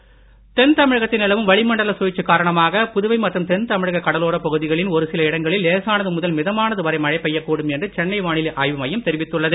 மழை தென் தமிழகத்தில் நிலவும் வளிமண்டல சுழற்சி காரணமாக புதுவை மற்றும் தென்தமிழக கடலோர பகுதிகளின் ஒருசில இடங்களில் லேசானது ழுதல் மிதமானது வரை மழை பெய்யக் கூடும் என்று சென்னை வானிலை ஆய்வு மையம் தெரிவித்துள்ளது